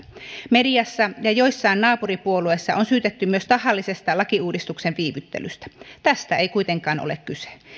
mediassa ja joissakin naapuripuolueissa on syytetty myös tahallisesta lakiuudistuksen viivyttelystä tästä ei kuitenkaan ole kyse